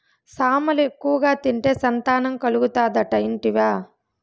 సామలు ఎక్కువగా తింటే సంతానం కలుగుతాదట ఇంటివా